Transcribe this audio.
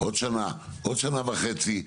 עוד שנה, עוד שנה וחצי.